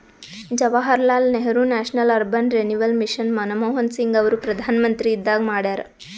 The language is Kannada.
Jawaharlal Nehru national urban renewal mission Manmohan Singh ಅವರು ಪ್ರಧಾನ್ಮಂತ್ರಿ ಇದ್ದಾಗ ಮಾಡ್ಯಾರ್